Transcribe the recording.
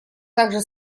также